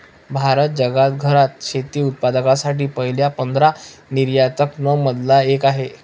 भारत जगात घरात शेती उत्पादकांसाठी पहिल्या पंधरा निर्यातकां न मधला एक आहे